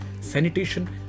sanitation